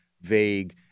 vague